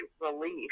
relief